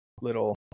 little